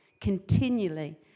continually